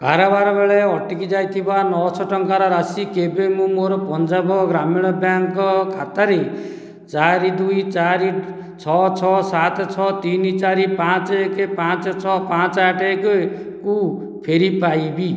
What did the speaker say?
କାରବାର ବେଳେ ଅଟକି ଯାଇଥିବା ନଅ ଶହ ଟଙ୍କାର ରାଶି କେବେ ମୁଁ ମୋ'ର ପଞ୍ଜାବ ଗ୍ରାମୀଣ ବ୍ୟାଙ୍କ୍ ଖାତାରେ ଚାରି ଦୁଇ ଚାରି ଛଅ ଛଅ ସାତ ଛଅ ତିନି ଚାରି ପାଞ୍ଚ ଏକ ପାଞ୍ଚ ଛଅ ପାଞ୍ଚ ଆଠ ଏକକୁ ଫେରି ପାଇବି